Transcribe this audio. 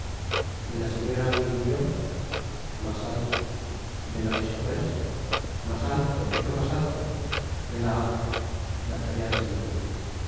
de la señora d'aiguillon mas alto de la de chevreuse mas alto mucho mas alto de la d'artagnan se detuvo